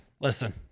Listen